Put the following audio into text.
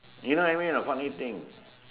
you know what I mean or not funny thing